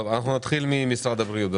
נתחיל עם משרד הבריאות.